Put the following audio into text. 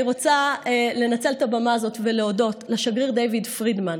אני רוצה לנצל את הבמה הזאת ולהודות לשגריר דייוויד פרידמן,